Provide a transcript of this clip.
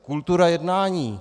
Kultura jednání.